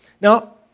Now